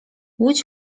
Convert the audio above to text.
łódź